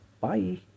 Bye